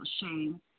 shame